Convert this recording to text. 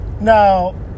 Now